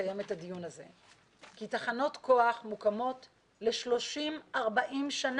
לקיים את הדיון הזה כי תחנות כוח מוקמות ל-40-30 שנים